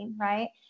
right